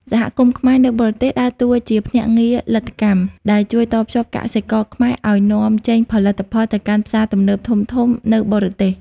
សហគមន៍ខ្មែរនៅបរទេស ដើរតួជា "ភ្នាក់ងារលទ្ធកម្ម" ដែលជួយតភ្ជាប់កសិករខ្មែរឱ្យនាំចេញផលិតផលទៅកាន់ផ្សារទំនើបធំៗនៅបរទេស។